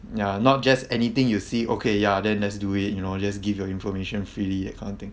ya not just anything you see okay ya then let's do it you know just give your information freely that kind of thing